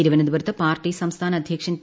തിരുവനന്തപുരത്ത് പാർട്ടി സംസ്ഥാന അധ്യക്ഷൻ പി